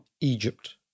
Egypt